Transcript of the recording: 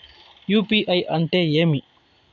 UPI అంటే ఏమి?